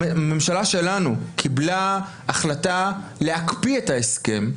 הממשלה שלנו קיבלה החלטה להקפיא את ההסכם,